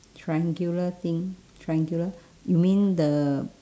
triangular thing triangular you mean the